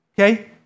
okay